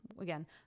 again